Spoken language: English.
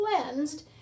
cleansed